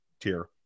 tier